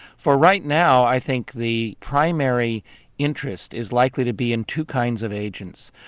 for right now i think the primary interest is likely to be in two kinds of agents,